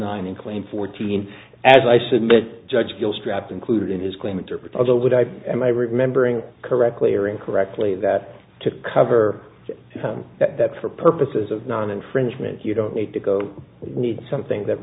nine and claim fourteen as i submit judge feels trapped included in his claim interpreter of the would i am i remembering correctly or incorrectly that to cover that for purposes of non infringement you don't need to go we need something that